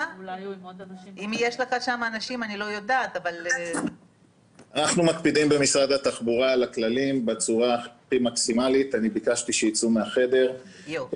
אנחנו מספקים את כל מה שצריך באוויר,